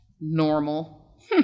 normal